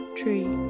three